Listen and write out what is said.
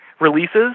releases